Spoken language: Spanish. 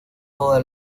toda